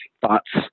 thoughts